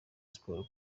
sport